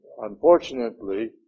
Unfortunately